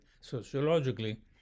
sociologically